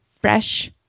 fresh